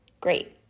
great